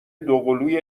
دوقلوی